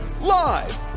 Live